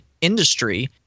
industry